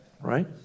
Right